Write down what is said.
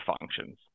functions